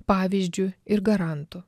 pavyzdžiu ir garantu